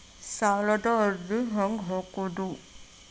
ಸಾಲದ ಅರ್ಜಿ ಹೆಂಗ್ ಹಾಕುವುದು?